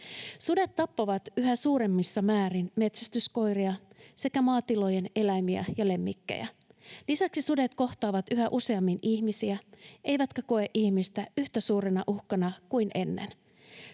Sudet tappavat yhä suuremmissa määrin metsästyskoiria sekä maatilojen eläimiä ja lemmikkejä. Lisäksi sudet kohtaavat yhä useammin ihmisiä eivätkä koe ihmistä yhtä suurena uhkana kuin ennen.